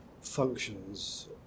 functions